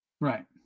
Right